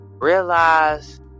Realize